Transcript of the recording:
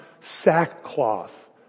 sackcloth